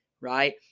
right